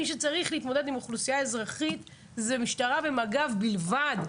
מי שצריך להתמודד עם אוכלוסייה אזרחית זה משטרה ומג"ב בלבד,